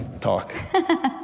talk